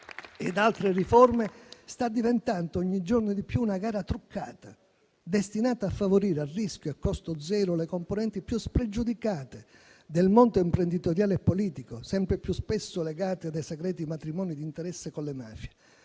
e altre riforme sta diventando ogni giorno di più una gara truccata, destinata a favorire a rischio e costo zero le componenti più spregiudicate del mondo imprenditoriale e politico, sempre più spesso legate da segreti matrimoni di interesse con le mafie.